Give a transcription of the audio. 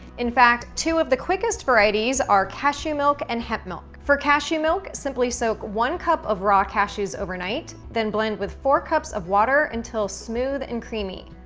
in fact, two of the quickest varieties are cashew milk and hemp milk. for cashew milk, simply soak one cup of raw cashews overnight, then blend with four cups of water until smooth and creamy.